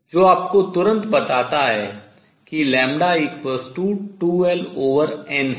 जो आपको तुरंत बताता है कि 2Ln है